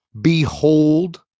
behold